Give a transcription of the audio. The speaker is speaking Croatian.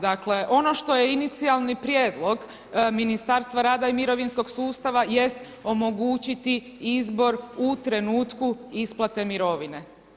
Dakle ono što je inicijalni prijedlog Ministarstva rada i mirovinskog sustava jest omogućiti izbor u trenutku isplate mirovine.